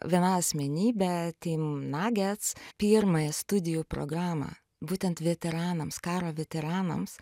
viena asmenybė tim nagec pirmąją studijų programą būtent veteranams karo veteranams